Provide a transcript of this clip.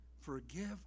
forgive